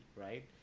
right